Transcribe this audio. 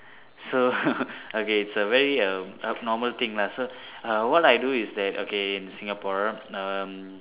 so okay it's a very um abnormal thing lah so err what I do that okay in Singapore um